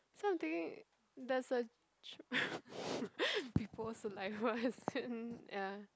so I'm thinking there is a cheap people's saliva as in ya